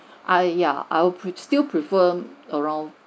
I yeah I'll pref~ still prefer around